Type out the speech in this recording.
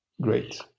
Great